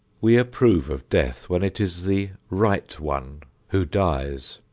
we approve of death when it is the right one who dies.